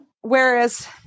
Whereas